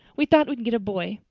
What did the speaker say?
we thought we'd get a boy.